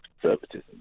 conservatism